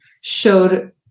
showed